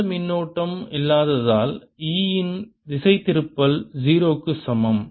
எந்த மின்னூட்டம் இல்லாததால் E இன் திசைதிருப்பல் 0 க்கு சமம்